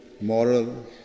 moral